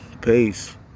Peace